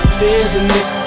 business